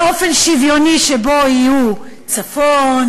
באופן שוויוני שבו יהיו צפון,